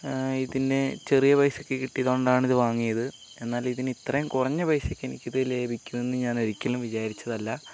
ഇതിന് ചെറിയ പൈസക്ക് കിട്ടിയതുകൊണ്ടാണ് ഇത് വാങ്ങിയത് എന്നാൽ ഇതിന് ഇത്രയും കുറഞ്ഞ പൈസക്ക് എനിക്കിത് ലഭിക്കുമെന്ന് ഞാൻ ഒരിക്കലും വിചാരിച്ചതല്ല